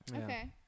Okay